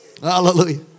Hallelujah